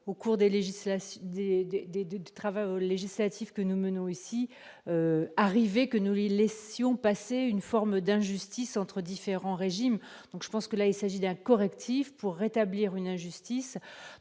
des du du travail législatif que nous menons ici arriver que nous lui laissions passer une forme d'injustice entre différents régimes, donc je pense que là il s'agit d'un correctif pour rétablir une injustice